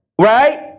Right